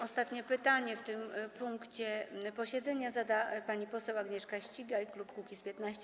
Ostatnie pytanie w tym punkcie posiedzenia zada pani poseł Agnieszka Ścigaj, klub Kukiz’15.